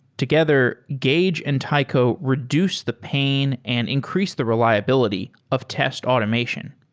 together, gauge and taiko reduce the pain and increase the reliability of test automation.